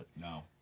No